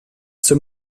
zur